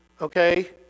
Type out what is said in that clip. okay